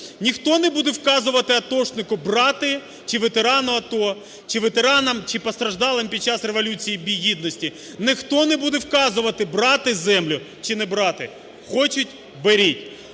Ніхто не буде вказувати атошнику брати… чи ветерану АТО, чи ветеранам, чи постраждалим під час Революції Гідності, ніхто не буде вказувати брати землю чи не брати. Хочуть – беріть.